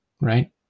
right